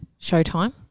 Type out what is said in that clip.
Showtime